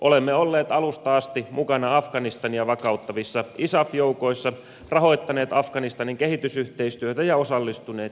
olemme olleet alusta asti mukana afganistania vakauttavissa isaf joukoissa rahoittaneet afganistanin kehitysyhteistyötä ja osallistuneet siviilikriisinhallintaan